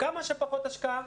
כמה שפחות השקעה,